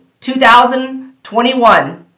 2021